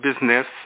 business